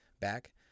back